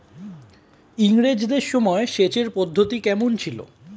ইঙরেজদের সময় সেচের পদ্ধতি কমন ছিল?